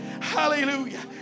Hallelujah